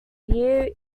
year